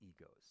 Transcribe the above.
egos